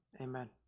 Amen